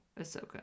Ahsoka